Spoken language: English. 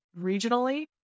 regionally